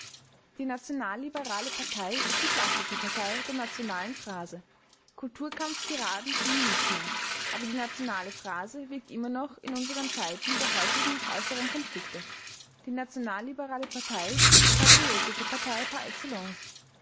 die nationalliberale partei ist die klassische partei der nationalen phrase kulturkampftiraden ziehen nicht mehr aber die nationale phrase wirkt immer noch in unseren zeiten der häufigen äußeren konflikte die nationalliberale partei ist die patriotische partei par excellence